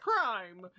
crime